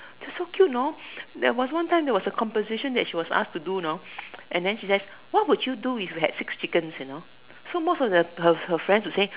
they so cute know there was one time there was a composition that she was asked to do know and then she say what would you do if you had six chickens you know so most of her her her friends will say